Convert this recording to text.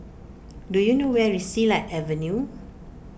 do you know where is Silat Avenue